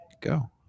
go